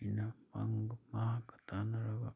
ꯑꯩꯅ ꯃꯥꯒ ꯇꯥꯟꯅꯔꯒ